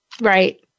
Right